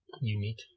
unique